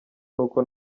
n’uko